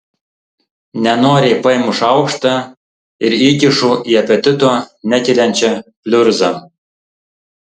nenoriai paimu šaukštą ir įkišu į apetito nekeliančią pliurzą